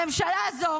הממשלה הזו